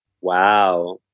Wow